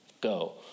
go